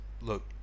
look